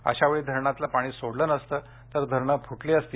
अशावेळी धरणातील पाणी सोडले नसते तर धरणे फुटली असती